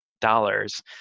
dollars